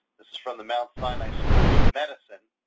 this is from the mount sanai school of medicine.